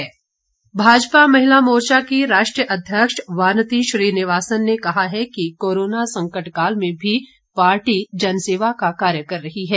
भाजपा बैठक भाजपा महिला मोर्चा की राष्ट्रीय अध्यक्ष वानती श्रीनिवासन ने कहा है कि कोरोना संकट काल में भी पार्टी जनसेवा का कार्य कर रही है